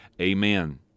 Amen